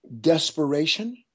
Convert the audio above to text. desperation